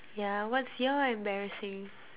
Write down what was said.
yeah what's your embarrassing